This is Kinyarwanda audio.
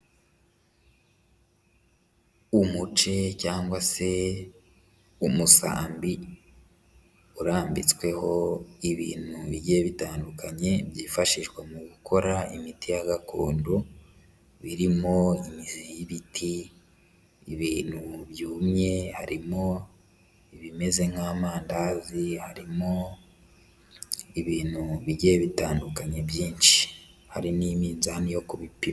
Umuce cyangwa se umu umusambi urambitsweho ibintu bigiye bitandukanye byifashishwa mu gukora imiti ya gakondo, birimo ibiti, ibintu byumye, harimo ibimeze nk'amandazi, harimo ibintu bigiye bitandukanyekanya byinshi hari n'imizani yo ku bipimo.